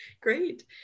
Great